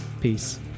peace